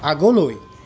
আগলৈ